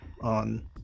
on